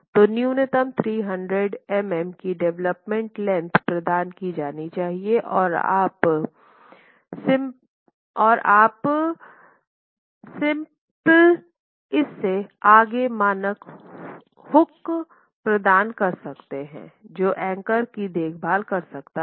तो न्यूनतम 300 mm की डवलपमेंट लेंथ प्रदान की जानी चाहिए और आप स्प्लिइससे आगे मानक हुक प्रदान कर सकते हैं जो एंकर की देखभाल कर सकता हैं